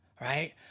right